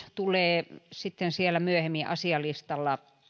tulee sitten myöhemmin asialistalla